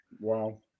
Wow